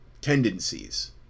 tendencies